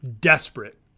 desperate